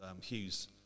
Hughes